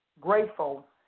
grateful